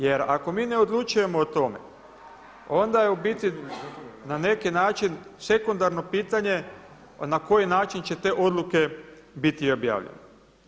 Jer ako mi ne odlučujemo o tome, onda je u biti na neki način sekundarno pitanje na koji način će te odluke biti objavljene.